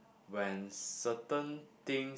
when certain things